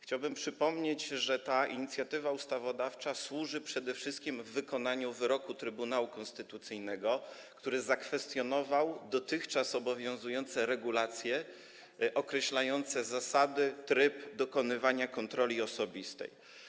Chciałbym przypomnieć, że ta inicjatywa ustawodawcza służy przede wszystkim wykonaniu wyroku Trybunału Konstytucyjnego, który zakwestionował dotychczas obowiązujące regulacje określające zasady i tryb dokonywania kontroli osobistej.